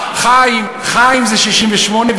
חיים זה 68,